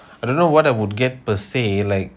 I don't know what I would get per se like